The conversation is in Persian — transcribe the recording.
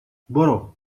برو